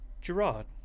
Gerard